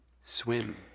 Swim